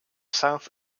south